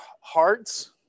hearts